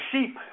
sheep